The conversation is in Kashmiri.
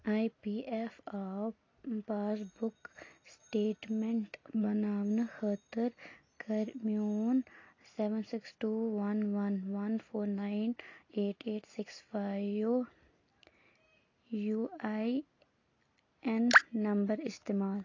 I P F of passbook statement بناونہٕ خٲطرٕ کَر میون seven six two one one one four nine eight eight six five U I N number استعمال